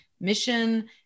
mission